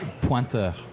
Pointeur